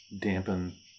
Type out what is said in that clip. dampen